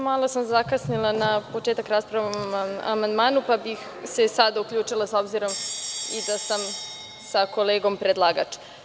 Malo sam zakasnila na početak rasprave o amandmanu pa bih se sad uključila, s obzirom i da sam sa kolegom predlagač.